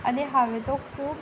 आनी हांवें तो खूब